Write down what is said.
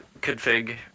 config